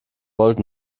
volt